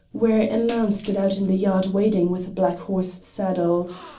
where a man stood out in the yard waiting with a black horse saddled.